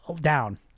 down